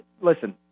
listen